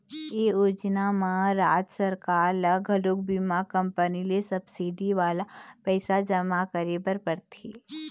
ए योजना म राज सरकार ल घलोक बीमा कंपनी ल सब्सिडी वाला पइसा जमा करे बर परथे